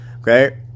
okay